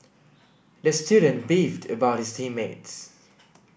the student beefed about his team mates